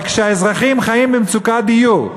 אבל כשהאזרחים חיים במצוקת דיור,